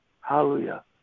Hallelujah